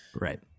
Right